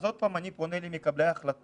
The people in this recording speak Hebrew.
אז עוד פעם אני פונה למקבלי ההחלטות.